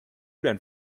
denn